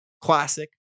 classic